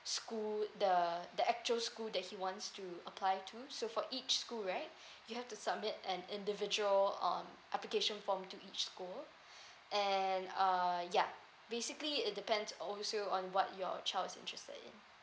school the the actual school that he wants to apply to so for each school right you have to submit an individual um application form to each school and err ya basically it depends also on what your child is interested in